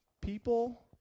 People